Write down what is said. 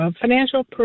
financial